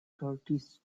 curtis